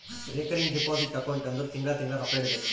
recurring deposit account ಅಂದುರ್ ತಿಂಗಳಾ ತಿಂಗಳಾ ರೊಕ್ಕಾ ಇಡಬೇಕು